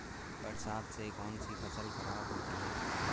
बरसात से कौन सी फसल खराब होती है?